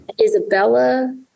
Isabella